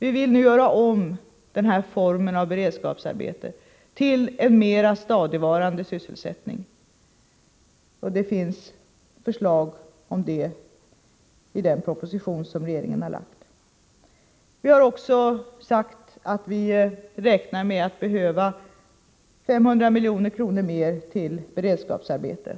Vi vill nu göra om denna form av beredskapsarbete till en mera stadigvarande sysselsättning, och det finns förslag om detta i den proposition som regeringen har lagt fram. Vi räknar med att det behövs 500 milj.kr. mer till beredskapsarbeten.